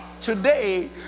today